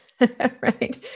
Right